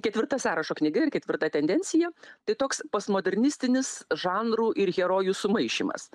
ketvirta sąrašo knyga ir ketvirta tendencija tai toks postmodernistinis žanrų ir herojų sumaišymas